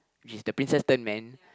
which is the princess turn man